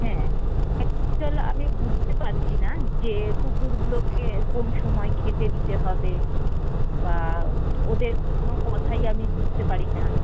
হ্যাঁ একচুয়েল আমি বুঝতে পারছি না যে কুকুরগুলোকে কোন সময় খেতে দিতে হবে বা ওদের কোনো কথাই আমি বুঝতে পারি না